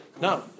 No